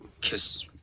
Kiss